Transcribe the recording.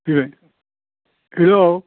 Bodo hello